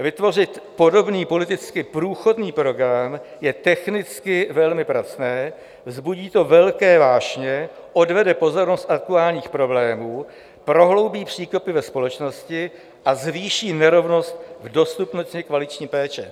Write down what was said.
Vytvořit podobný politicky průchodný program je technicky velmi pracné, vzbudí to velké vášně, odvede pozornost od aktuálních problémů, prohloubí příkopy ve společnosti a zvýší nerovnost v dostupnosti kvalitní péče.